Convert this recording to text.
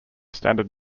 standard